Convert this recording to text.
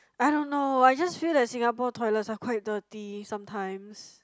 I don't know I just feel that Singapore toilets are quite dirty sometimes